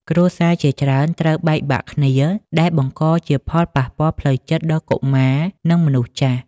គ្រួសារជាច្រើនត្រូវបែកបាក់គ្នា ដែលបង្កជាផលប៉ះពាល់ផ្លូវចិត្តដល់កុមារ និងមនុស្សចាស់។